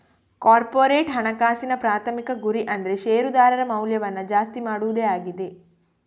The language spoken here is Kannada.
ಕಾರ್ಪೊರೇಟ್ ಹಣಕಾಸಿನ ಪ್ರಾಥಮಿಕ ಗುರಿ ಅಂದ್ರೆ ಶೇರುದಾರರ ಮೌಲ್ಯವನ್ನ ಜಾಸ್ತಿ ಮಾಡುದೇ ಆಗಿದೆ